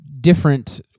different